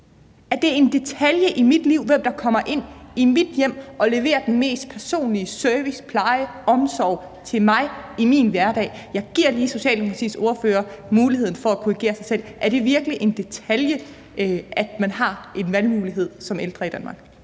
Er det en detalje i mit liv, hvem der kommer ind i mit hjem og leverer den mest personlige service, pleje, omsorg til mig i min hverdag? Jeg giver lige Socialdemokratiets ordfører muligheden for at korrigere sig selv. Er det virkelig en detalje, at man har en valgmulighed som ældre i Danmark?